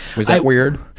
was that weird?